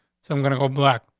so i'm gonna go black.